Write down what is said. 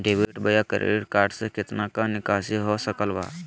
Debit बोया credit card से कितना का निकासी हो सकल बा?